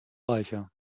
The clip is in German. reicher